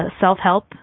self-help